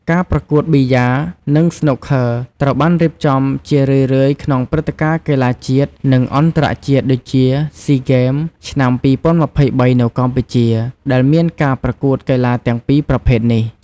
ការប្រកួតប៊ីយ៉ា និងស្នូកឃឺត្រូវបានរៀបចំជារឿយៗក្នុងព្រឹត្តិការណ៍កីឡាជាតិ និងអន្តរជាតិ ដូចជា ស៊ីហ្គេម ឆ្នាំ ២០២៣ នៅកម្ពុជា ដែលមានការប្រកួតកីឡាទាំងពីរប្រភេទនេះ។